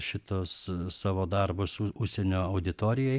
šitus savo darbus u užsienio auditorijai